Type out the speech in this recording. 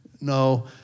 no